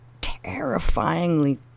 terrifyingly